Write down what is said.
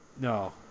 no